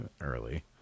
early